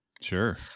Sure